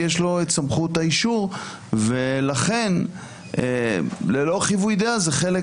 יש לו את סמכות האישור ולכן ללא חיווי דעה זה חלק